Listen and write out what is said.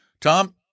Tom